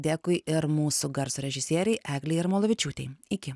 dėkui ir mūsų garso režisierei eglei jarmalavičiūtei iki